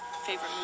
favorite